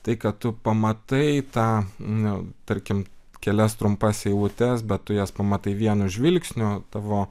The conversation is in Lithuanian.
tai ką tu pamatai tą nu tarkim kelias trumpas eilutes bet tu jas pamatai vienu žvilgsniu tavo